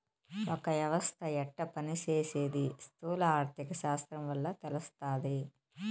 ఒక యవస్త యెట్ట పని సేసీది స్థూల ఆర్థిక శాస్త్రం వల్ల తెలస్తాది